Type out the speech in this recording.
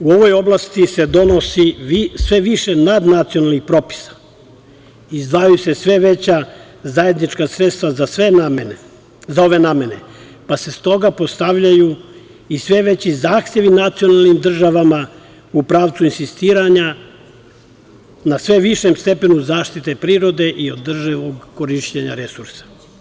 U ovoj oblasti se donosi sve više nadnacionalnih propisa i izdvajaju se sve veća zajednička sredstva za ove namene, pa se stoga postavljaju i sve veći zahtevi nacionalnim državama u pravcu insistiranja na sve višem stepenu zaštite prirode i održivog korišćenja resursa.